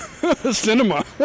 Cinema